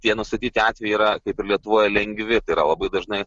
tie nustatyti atvejai yra kaip ir lietuvoje lengvi tai yra labai dažnai